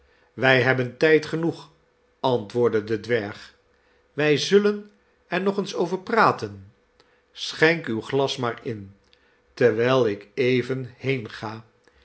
wij hebben tijd genoeg antwoordde de dwerg wij zullen er nog eens over praten schenk uw glas maar in terwijl ik even heenga